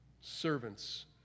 Servants